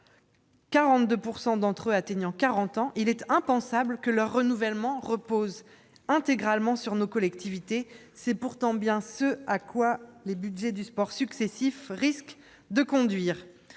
42 % d'entre eux ayant près de quarante ans, il est impensable que leur renouvellement repose intégralement sur nos collectivités. C'est pourtant bien ce à quoi les budgets successifs du sport risquent de conduire.